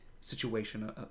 situation